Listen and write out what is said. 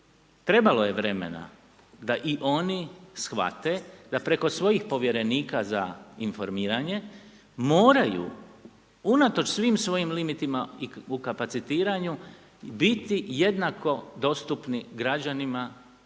trebalo je vremena da i oni shvate da preko svojih povjerenika za informiranje moraju unatoč svim svojim limitima u kapacitiranju biti jednako dostupni građanima